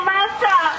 Master